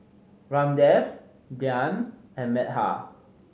Ramdev Dhyan and Medha